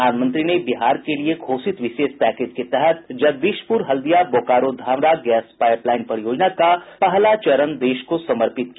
प्रधानमंत्री ने बिहार के लिए घोषित विशेष पैकेज के तहत जगदीशपुर हल्दिया बोकारो धामरा गैस पाइपलाइन परियोजना का पहला चरण देश को समर्पित किया